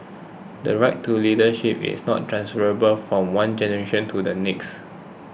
the right to leadership is not transferable from one generation to the next